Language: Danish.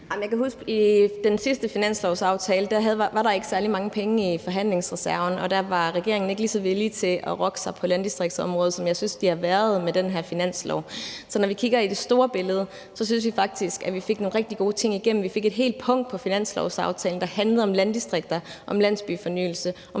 den sidste finanslovsaftale var der ikke særlig mange penge i forhandlingsreserven, og da var regeringen ikke lige så villige til at rokke sig på landdistriktsområdet, som jeg synes de har været med den her finanslov. Så når vi kigger på det store billede, synes jeg faktisk, at vi fik nogle rigtig gode ting igennem. Vi fik et helt punkt på finanslovsaftalen, der handlede om landdistrikter, om landsbyfornyelse,